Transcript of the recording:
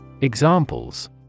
Examples